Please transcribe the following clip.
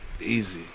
easy